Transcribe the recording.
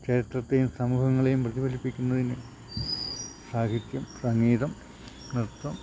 ചരിത്രത്തെയും സമൂഹങ്ങളെയും പ്രതിഫലിപ്പിക്കുന്നതിന് സാഹിത്യം സംഗീതം നൃത്തം